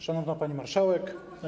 Szanowna Pani Marszałek!